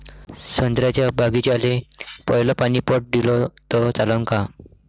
संत्र्याच्या बागीचाले पयलं पानी पट दिलं त चालन का?